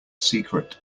secret